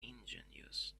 ingenious